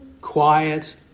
quiet